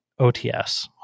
OTS